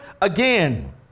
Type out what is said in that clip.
again